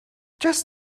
just